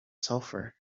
sulfur